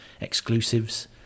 exclusives